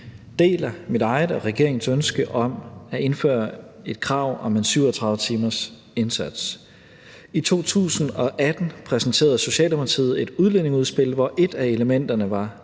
deler mit eget og regeringens ønske om at indføre et krav om en 37-timersindsats. I 2018 præsenterede Socialdemokratiet et udlændingeudspil, hvor et af elementerne